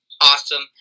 awesome